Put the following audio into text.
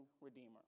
redeemer